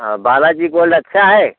हाँ बालाजी गोल्ड अच्छा है